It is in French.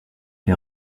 les